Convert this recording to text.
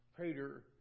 Peter